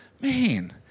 man